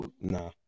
Nah